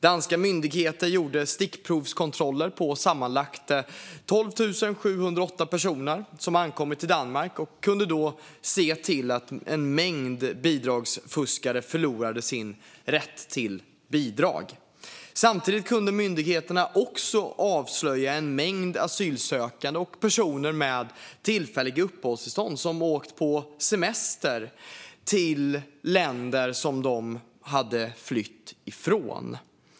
Danska myndigheter gjorde stickprovskontroller på sammanlagt 12 708 personer som ankommit till Danmark och kunde då se till att en mängd bidragsfuskare förlorade sin rätt till bidrag. Samtidigt kunde myndigheterna också avslöja en mängd asylsökande och personer med tillfälliga uppehållstillstånd som åkt på semester till länder som de hade flytt ifrån.